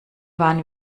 waren